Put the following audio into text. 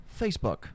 Facebook